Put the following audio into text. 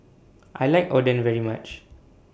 I like Oden very much